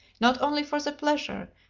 not only for the pleasure,